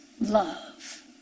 love